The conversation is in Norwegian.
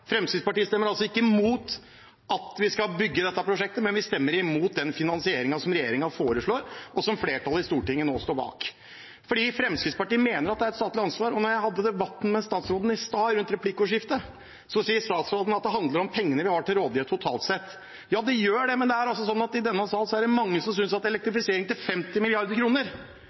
Fremskrittspartiet stemmer altså ikke imot at vi skal bygge dette prosjektet, men vi stemmer imot den finansieringen som regjeringen foreslår, og som flertallet i Stortinget står bak. Fremskrittspartiet mener at det er et statlig ansvar. Da vi hadde en diskusjon om dette i stad, i replikkordskiftet, sa statsråden at det handler om pengene vi har til rådighet totalt sett. Ja, det gjør det, men i denne salen er det mange som synes at elektrifisering til 50